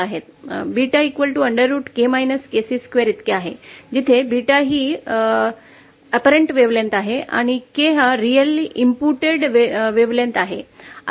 𝜷√k2 kc2 इतके आहे जिथे 𝜷 ही प्रकट तरंगलांबी आहे आणि k real इनपुट्टटेड वेव्हलांबी आहे